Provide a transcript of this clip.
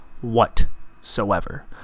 whatsoever